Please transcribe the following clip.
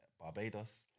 Barbados